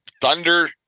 thunder